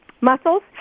muscles